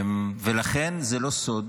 ולכן, זה לא סוד